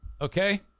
Okay